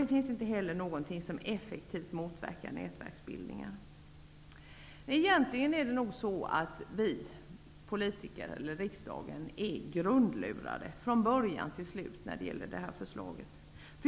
Det finns inte heller någonting som säger att nätverksbildning kommer att motverkas. Det är nog så att vi politiker, och riksdagen, egentligen är grundlurade från början till slut när det gäller det här förslaget.